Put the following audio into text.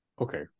Okay